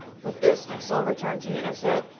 with this my soul returned to me and i said,